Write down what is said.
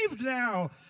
now